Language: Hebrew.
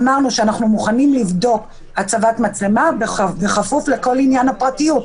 אמרנו שאנחנו מוכנים לבדוק הצבת מצלמה בכפוף לכל עניין הפרטיות,